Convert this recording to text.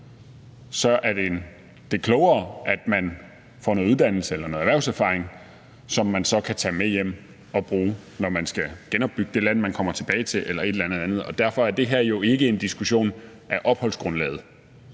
så er klogere, at man får noget uddannelse eller noget erhvervserfaring, som man så kan tage med hjem og bruge, når man skal genopbygge det land, som man kommer tilbage til, eller et eller andet andet. Derfor er det her jo ikke en diskussion af opholdsgrundlaget